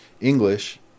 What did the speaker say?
English